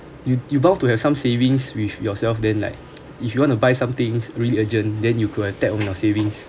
you you bound to have some savings with yourself then like if you want to buy something really urgent then you could've take from your savings